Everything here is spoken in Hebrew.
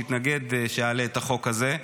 שהתנגד שיעלה החוק הזה,